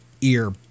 ear